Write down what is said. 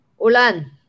Ulan